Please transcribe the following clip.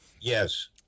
Yes